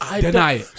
Deny